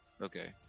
Okay